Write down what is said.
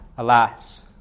Alas